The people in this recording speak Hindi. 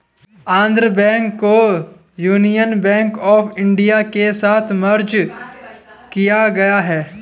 आन्ध्रा बैंक को यूनियन बैंक आफ इन्डिया के साथ मर्ज किया गया है